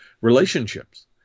relationships